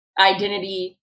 identity